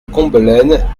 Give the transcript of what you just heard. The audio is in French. combelaine